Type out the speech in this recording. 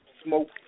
smoke